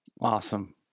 Awesome